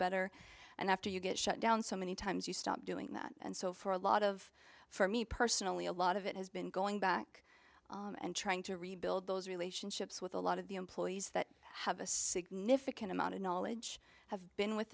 better and after you get shut down so many times you stop doing that and so for a lot of for me personally a lot of it has been going back and trying to rebuild those relationships with a lot of the employees that have a significant amount of knowledge have been with